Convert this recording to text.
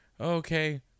okay